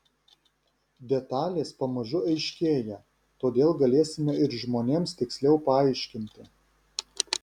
detalės pamažu aiškėja todėl galėsime ir žmonėms tiksliau paaiškinti